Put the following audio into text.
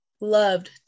loved